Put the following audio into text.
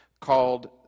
called